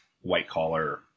white-collar